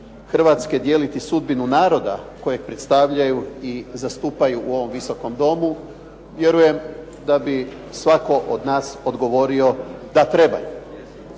Hrvatske dijeliti sudbinu naroda kojeg predstavljaju i zastupaju u ovom Visokom domu, vjerujem da bi svatko od nas odgovorio da trebaju.